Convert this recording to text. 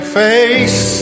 face